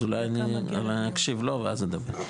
אז אולי נקשיב לו ואז אדבר.